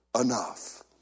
enough